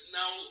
now